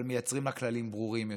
אבל מייצרים לה כללים ברורים יותר,